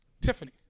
Tiffany